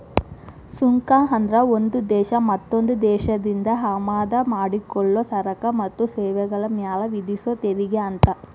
ಸುಂಕ ಅಂದ್ರ ಒಂದ್ ದೇಶ ಮತ್ತೊಂದ್ ದೇಶದಿಂದ ಆಮದ ಮಾಡಿಕೊಳ್ಳೊ ಸರಕ ಮತ್ತ ಸೇವೆಗಳ ಮ್ಯಾಲೆ ವಿಧಿಸೊ ತೆರಿಗೆ ಅಂತ